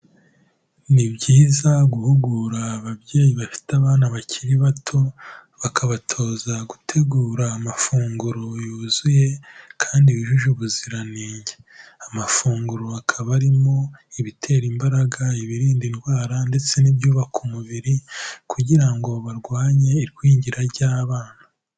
Ni byiza guhugura ababyeyi bafite abana bakiri bato, bakabatoza gutegura amafunguro yuzuye kandi yujuje ubuziranenge, amafunguro akaba arimo ibitera imbaraga, ibirinda indwara ndetse n'ibyubaka umubiri kugira ngo barwanye igwingira ry'abana.